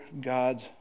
God's